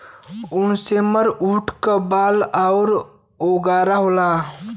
उनरेसमऊट क बाल अउर अंगोरा होला